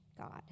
God